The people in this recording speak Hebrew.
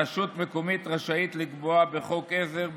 רשות מקומית רשאית לקבוע בחוק עזר,